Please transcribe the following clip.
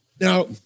Now